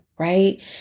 Right